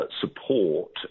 support